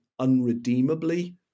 unredeemably